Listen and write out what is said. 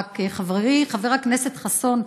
חברי חבר הכנסת חסון,